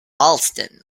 allston